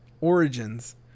origins